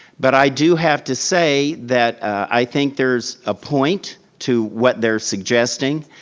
but i do have to say that i think there's a point to what they're suggesting.